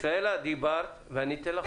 ישראלה, דיברת ואני אתן לך שוב.